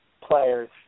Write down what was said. Players